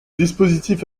dispositif